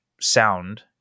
sound